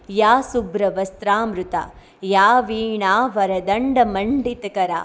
યા શુભ્ર વસ્ત્રામૃતા યા વીણા વરદંડ મંડિત કરા